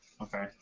okay